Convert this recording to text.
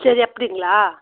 சரி அப்படிங்களா